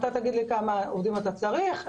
אתה תגיד לי כמה עובדים את צריך,